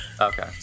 Okay